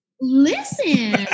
Listen